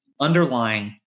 underlying